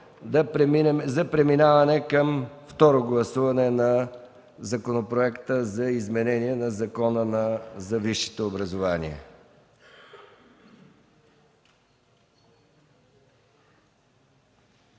за преминаване към второ гласуване на Законопроекта за изменение на Закона за висшето образование.